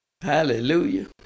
Hallelujah